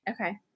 Okay